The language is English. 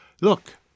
look